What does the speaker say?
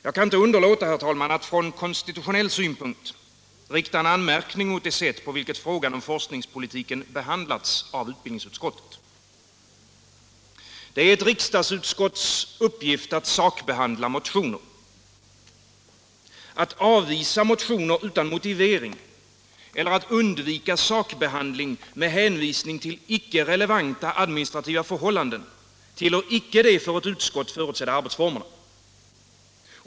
Jag kan inte underlåta, herr talman, att från konstitutionell synpunkt rikta en anmärkning mot det sätt på vilket frågan om forskningspolitiken behandlats av utbildningsutskottet. Det är ett riksdagsutskotts uppgift att sakbehandla motioner. Att avvisa motioner utan motivering eller att undvika sakbehandling med hänvisning till icke relevanta administrativa förhållanden tillhör icke de för ett utskott förutsedda arbetsformerna.